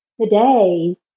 today